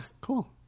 cool